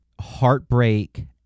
heartbreak